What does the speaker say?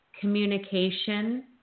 communication